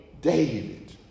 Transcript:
David